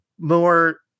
More